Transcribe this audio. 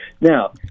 Now